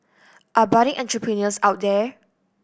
are budding entrepreneurs out there